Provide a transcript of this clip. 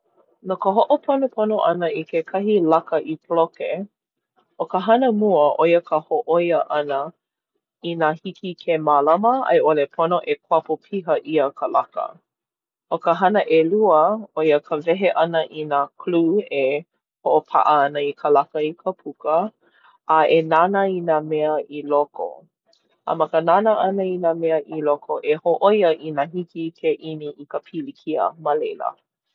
No ka hoʻoponopono ʻana i kekahi laka i poloke ʻO ka hana mua ʻo ia ka hōʻoia ʻana inā hiki ke mālama a i ʻole pono e kuapo piha ʻia ka laka. ʻO ka hana ʻelua ʻo ia ka wehe ʻana i nā kolū e hoʻopaʻa ana i ka laka i ka puka. A e nānā i nā mea i loko. A ma ka nānā ʻana i nā mea i loko e hōʻoia inā hiki ke ʻimi i ka pilikia ma leila.